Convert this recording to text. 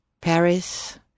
Paris